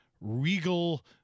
regal